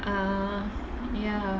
err ya